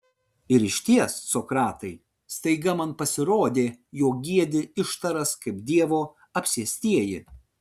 ir išties sokratai staiga man pasirodė jog giedi ištaras kaip dievo apsėstieji